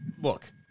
look